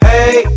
Hey